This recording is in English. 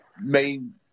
main